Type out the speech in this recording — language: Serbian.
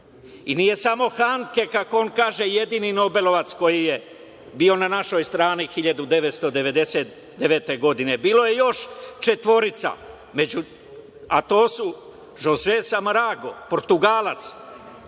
I nije samo Hanke, kako on kaže, jedini Nobelovac koji je bio na našoj strani 1999. godine, bilo je još četvorica, a to su Žoze Samarago, Portugalac,